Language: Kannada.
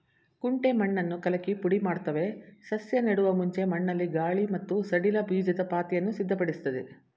ಕುಂಟೆ ಮಣ್ಣನ್ನು ಕಲಕಿ ಪುಡಿಮಾಡ್ತವೆ ಸಸ್ಯ ನೆಡುವ ಮುಂಚೆ ಮಣ್ಣಲ್ಲಿ ಗಾಳಿ ಮತ್ತು ಸಡಿಲ ಬೀಜದ ಪಾತಿಯನ್ನು ಸಿದ್ಧಪಡಿಸ್ತದೆ